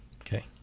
Okay